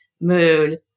mood